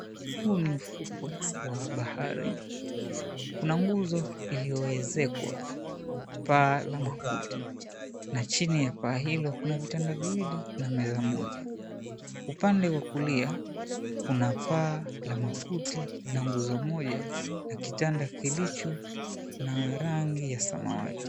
Huu ni ufukwe wa bahari. Kuna nguzo iliyoezekwa paa la makuti, na chini ya paa hilo kuna vitanda viwili na meza moja. Upande wa kulia kuna paa la makuti na nguzo moja na kitanda kilicho na rangi ya samawati.